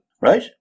right